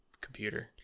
computer